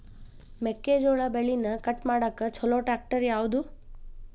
ಮೆಕ್ಕೆ ಜೋಳ ಬೆಳಿನ ಕಟ್ ಮಾಡಾಕ್ ಛಲೋ ಟ್ರ್ಯಾಕ್ಟರ್ ಯಾವ್ದು?